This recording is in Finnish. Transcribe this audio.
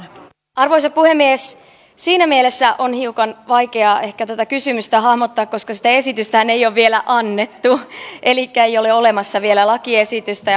arvoisa puhemies siinä mielessä on hiukan vaikeaa ehkä tätä kysymystä hahmottaa koska sitä esitystähän ei ole vielä annettu elikkä ei ole olemassa vielä lakiesitystä